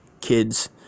kids